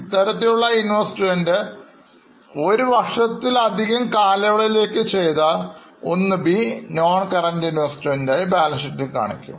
ഇത്തരത്തിലുള്ള Investment ഒരു വർഷത്തിലധികം കാലയളവിലേക്ക് ചെയ്താൽ ഒന്ന് ബി non current investment ആയി കാണിക്കും